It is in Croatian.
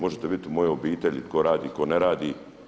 Možete vidjeti u mojoj obitelji tko radi, tko ne radi.